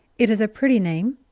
it is a pretty name,